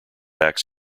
acts